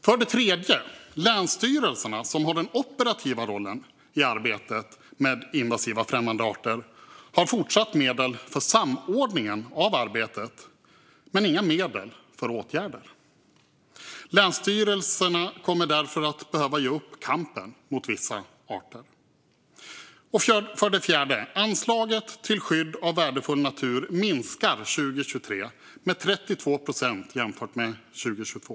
För det tredje får länsstyrelserna, som har den operativa rollen i arbetet mot invasiva främmande arter, fortsatt medel för samordningen av arbetet, men inga medel för åtgärder. Länsstyrelserna kommer därför att behöva ge upp kampen mot vissa arter. För det fjärde minskar anslaget till skydd av värdefull natur 2023 med 32 procent jämfört med 2022.